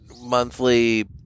monthly